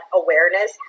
awareness